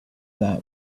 that